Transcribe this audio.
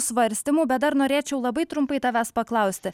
svarstymų bet dar norėčiau labai trumpai tavęs paklausti